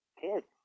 kids